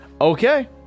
Okay